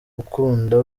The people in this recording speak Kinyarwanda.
ukunda